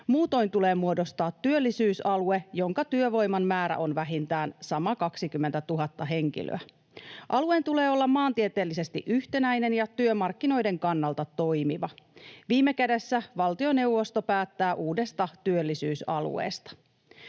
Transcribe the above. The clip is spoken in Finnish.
Muutoin tulee muodostaa työllisyysalue, jonka työvoiman määrä on vähintään sama 20 000 henkilöä. Alueen tulee olla maantieteellisesti yhtenäinen ja työmarkkinoiden kannalta toimiva. Viime kädessä valtioneuvosto päättää uudesta työllisyysalueesta.